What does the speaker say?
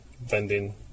vending